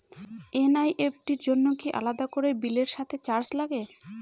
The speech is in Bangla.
এন.ই.এফ.টি র জন্য কি আলাদা করে বিলের সাথে চার্জ লাগে?